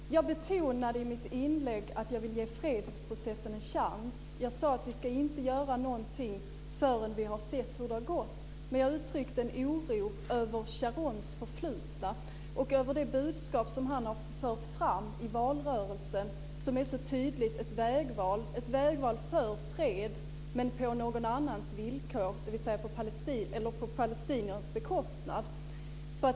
Fru talman! Jag betonade i mitt inlägg att jag vill ge fredsprocessen en chans. Jag sade att vi inte ska göra någonting förrän vi har sett hur det har gått. Jag uttryckte dock en oro över Sharons förflutna och över det budskap som han har fört fram i valrörelsen, som så tydligt är ett vägval - ett vägval för fred, men på palestiniernas bekostnad.